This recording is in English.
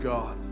God